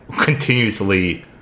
continuously